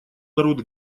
народ